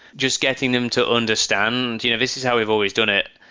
just getting them to understand, you know this is how we've always done it.